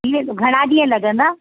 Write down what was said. थी वेंदो घणा ॾींहं लॻंदा